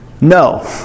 No